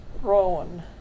Rowan